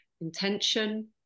intention